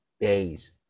days